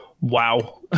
Wow